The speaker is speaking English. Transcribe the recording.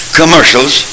commercials